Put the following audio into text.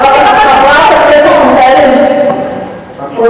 חברת הכנסת מיכאלי, אני מבקשת ממך.